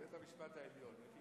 בית המשפט העליון.